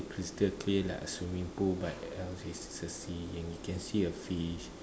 crystal clear like a swimming pool but else is is a sea and we can see a fish